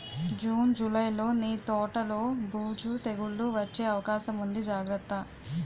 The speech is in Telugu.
జూన్, జూలైలో నీ తోటలో బూజు, తెగులూ వచ్చే అవకాశముంది జాగ్రత్త